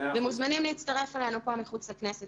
אתם מוזמנים להצטרף אלינו למחאה שמתקיימת כאן מחוץ לכנסת.